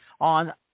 On